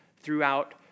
throughout